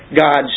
God's